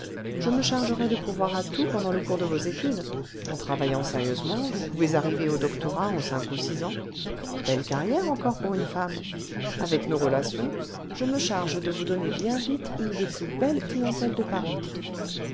je me chargerais de pourvoir à tout pendant le cours de vos études en travaillant sérieusement vous pouvez arriver au doctorat en cinq ou six ans belle carrière encore pour une femme avec nos relations je me charge de vous donner bien vite une des plus belles clientèles de paris